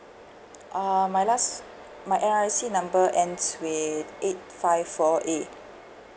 uh my last my N_R_I_C number ends with eight five four A